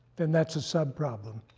then that's a sub problem.